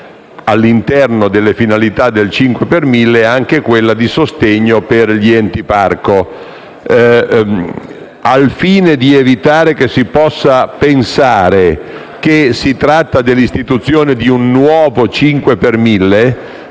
all'interno delle finalità del 5 per mille, anche quella di sostegno per gli enti gestori delle aree protette. Al fine di evitare che si possa pensare che si tratti dell'istituzione di un nuovo 5 per mille,